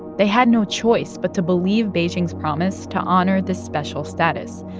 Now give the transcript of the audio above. they had no choice but to believe beijing's promise to honor this special status,